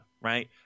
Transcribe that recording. right